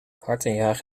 hartenjagen